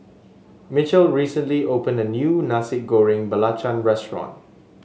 mitchel recently opened a new Nasi Goreng Belacan restaurant